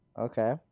Okay